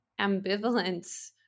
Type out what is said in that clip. ambivalence